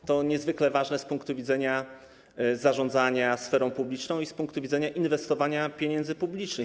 jest niezwykle ważne z punktu widzenia zarządzania sferą publiczną i z punktu widzenia inwestowania pieniędzy publicznych.